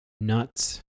nuts